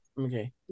Okay